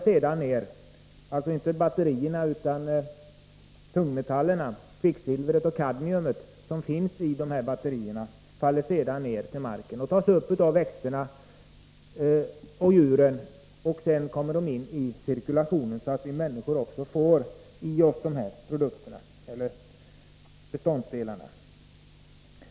Sedan faller tungmetallerna — det kvicksilver och det kadmium som finns i batterierna — till marken och tas upp av växterna och djuren. Därmed kommer de in i cirkulationen, så att också vi människor får i oss de här beståndsdelarna.